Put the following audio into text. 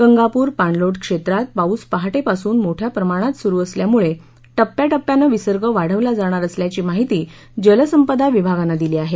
गंगापूर पाणलोट क्षेत्रात पाऊस पहाटेपासून मोठ्या प्रमाणात सुरू असल्यामुळे टप्याटप्यानं विसर्ग वाढवला जाणार असल्याची माहिती जलसंपदा विभागानं दिली आहे